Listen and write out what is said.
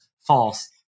false